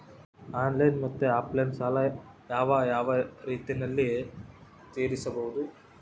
Online ಮತ್ತೆ offline ಸಾಲ ಯಾವ ಯಾವ ರೇತಿನಲ್ಲಿ ತೇರಿಸಬಹುದು?